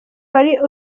wari